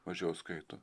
mažiau skaito